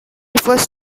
refers